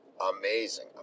amazing